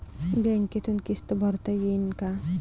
बँकेतून किस्त भरता येईन का?